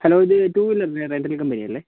hello ഇത് two wheeler rental company അല്ലെ